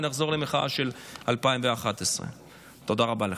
ונחזור למחאה של 2011. תודה רבה לך.